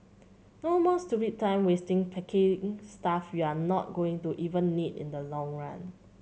no more stupid time wasting packing stuff you're not going to even need in the long run